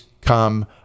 come